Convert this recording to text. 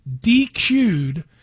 DQ'd